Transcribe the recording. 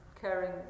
caring